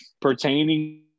pertaining